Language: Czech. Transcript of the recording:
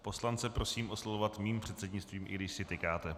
Poslance prosím oslovovat mým předsednictvím, i když si tykáte.